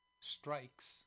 strikes